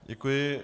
Děkuji.